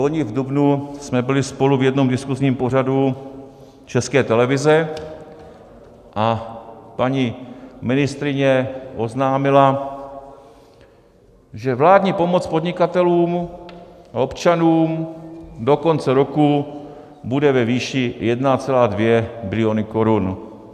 Loni v dubnu jsme byli spolu v jednom diskuzním pořadu České televize a paní ministryně oznámila, že vládní pomoc podnikatelům a občanům do konce roku bude ve výši 1,2 bilionu korun.